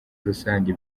rusange